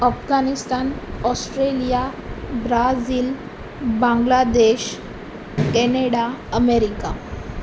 Afghanistan Australia Brazil Bangladesh Canada America